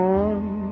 one